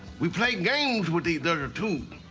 we play games with each other, too.